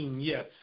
yes